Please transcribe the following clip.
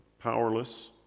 powerless